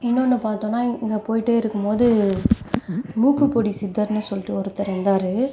இன்னோன்று பார்த்தோன்னா இங்கே போய்கிட்டே இருக்கும்போது மூக்குப்பொடி சித்தர்ன்னு சொல்லிட்டு ஒருத்தர் இருந்தார்